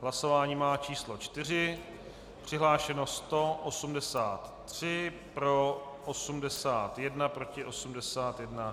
Hlasování má číslo 4, přihlášeno 183, pro 81, proti 81.